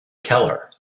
keller